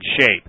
shape